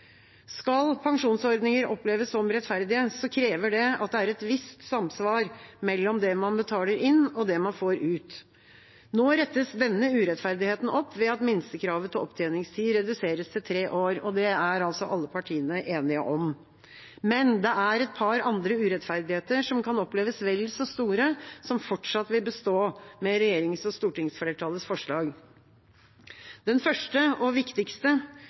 Skal pensjonsordninger oppleves som rettferdige, krever det at det er et visst samsvar mellom det man betaler inn, og det man får ut. Nå rettes denne urettferdigheten opp ved at minstekravet til opptjeningstid reduseres til tre år. Det er alle partiene enige om. Men det er et par andre urettferdigheter som kan oppleves vel så store, som fortsatt vil bestå med regjeringa og stortingsflertallets forslag. Den første og viktigste